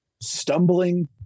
stumbling